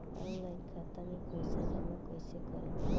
Online खाता मे पईसा जमा कइसे करेम?